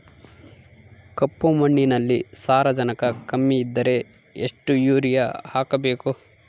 ಕಪ್ಪು ಮಣ್ಣಿನಲ್ಲಿ ಸಾರಜನಕ ಕಮ್ಮಿ ಇದ್ದರೆ ಎಷ್ಟು ಯೂರಿಯಾ ಹಾಕಬೇಕು?